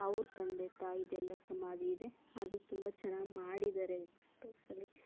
ಅವ್ರ ತಂದೆ ತಾಯಿದೆಲ್ಲ ಸಮಾಧಿ ಇದೆ ಅದು ತುಂಬ ಚೆನ್ನಾಗ್ ಮಾಡಿದರೆ ಎಕ್ಸ್ಪೆಶಲಿ